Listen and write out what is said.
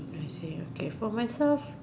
okay for myself